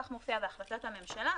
כך מופיע בהחלטת הממשלה,